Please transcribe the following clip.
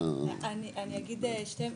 אני אגיד שתי מילים.